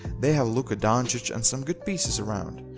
they have luka doncic and some good pieces around,